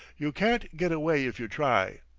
you can't get away if you try.